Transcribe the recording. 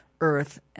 earth